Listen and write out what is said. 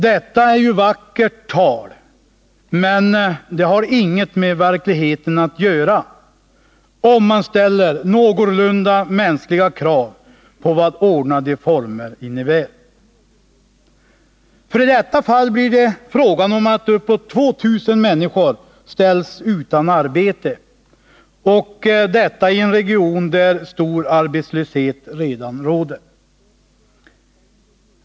Detta är vackert tal, men det har inget med verkligheten att göra, om man ställer någorlunda mänskliga krav på vad ordnade former innebär. I detta fall blir det frågan om att uppåt 2 000 människor ställs utan arbete, och detta i en region där stor arbetslöshet redan råder.